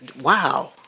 wow